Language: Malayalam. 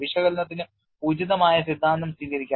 വിശകലനത്തിന് ഉചിതമായ സിദ്ധാന്തം സ്വീകരിക്കുക